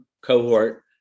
cohort